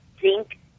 zinc